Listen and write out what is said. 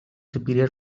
superior